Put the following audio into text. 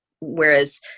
Whereas